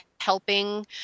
helping